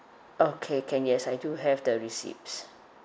okay can yes I do have the receipts